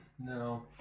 No